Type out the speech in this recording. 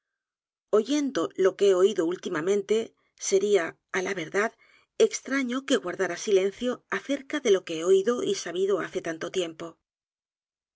oyendo lo que he oído últimamente sería ala verdad extraño que g u a r d a r a silencio acerca de lo que he oído y'sabido hace tanto tiempo